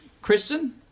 Kristen